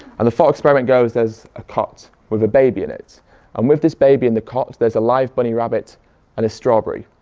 and the thought experiment goes there's a cot with a baby in it and with this baby in the cot there's a live bunny rabbit and a strawberry.